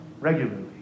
regularly